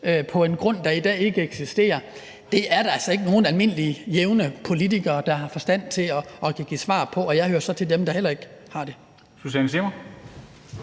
på en grund, der i dag ikke eksisterer. Det er der altså ikke nogen almindelige, jævne politikere der har forstand til at give svar på, og jeg hører så til dem, der heller ikke har det.